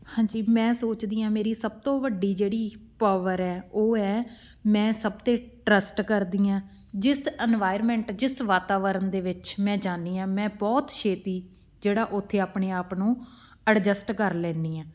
ਹਾਂਜੀ ਮੈਂ ਸੋਚਦੀ ਹਾਂ ਮੇਰੀ ਸਭ ਤੋਂ ਵੱਡੀ ਜਿਹੜੀ ਪਾਵਰ ਹੈ ਉਹ ਹੈ ਮੈਂ ਸਭ 'ਤੇ ਟਰੱਸਟ ਕਰਦੀ ਹਾਂ ਜਿਸ ਐਨਵਾਇਰਮੈਂਟ ਜਿਸ ਵਾਤਾਵਰਨ ਦੇ ਵਿੱਚ ਮੈਂ ਜਾਂਦੀ ਹਾਂ ਮੈਂ ਬਹੁਤ ਛੇਤੀ ਜਿਹੜਾ ਉੱਥੇ ਆਪਣੇ ਆਪ ਨੂੰ ਐਡਜਸਟ ਕਰ ਲੈਂਦੀ ਹਾਂ